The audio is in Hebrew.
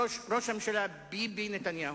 ראש הממשלה ביבי נתניהו,